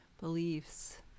beliefs